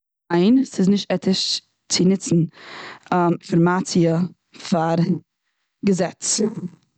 ניין, ס'איז נישט עטיש צו ניצן אינפארמאציע פאר געזעץ.